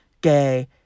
gay